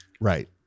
right